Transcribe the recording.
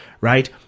right